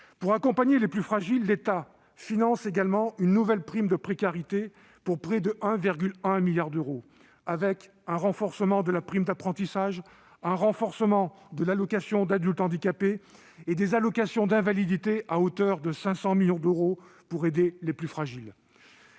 Pour accompagner les plus fragiles, l'État finance également une nouvelle prime de précarité pour près de 1,1 milliard d'euros. Il finance en outre le renforcement de la prime d'apprentissage, de l'allocation aux adultes handicapés et des allocations d'invalidité à hauteur de 500 millions d'euros. Si l'on nous avait